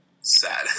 sad